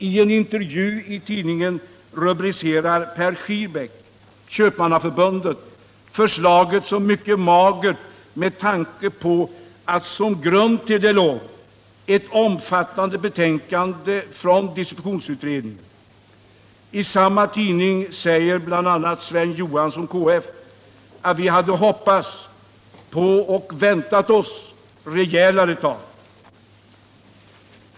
I en intervju i tidningen rubricerar Per Schirbeck, Köpmannaförbundet, förslaget som mycket magert med tanke på att som grund till det låg ett omfattande betänkande från distributionsutredningen. I samma tidning säger bl.a. Sven E. Johansson, KF, att vi hade hoppats på och väntat oss rejälare tag.